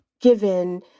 given